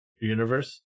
universe